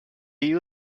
you